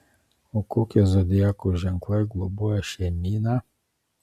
o kokie zodiako ženklai globoja šeimyną